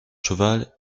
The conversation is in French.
cheval